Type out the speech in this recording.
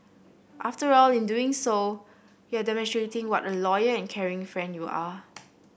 after all in doing so you are demonstrating what a loyal and caring friend you are